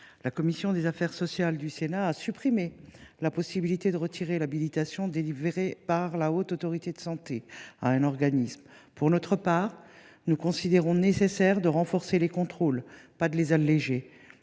La commission des affaires sociales du Sénat a supprimé la possibilité de retirer l’habilitation délivrée par la Haute Autorité de santé à un organisme. Pour notre part, nous considérons comme nécessaire non pas d’alléger les contrôles, mais de les renforcer.